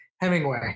Hemingway